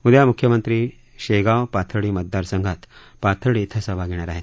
उदया मुख्यमंत्री शेगाव पाथर्डी मतदारसंघात पाथर्डी इथं सभा घेणार आहेत